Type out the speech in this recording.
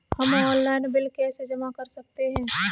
हम online bill कैसे जमा कर सकते हैं?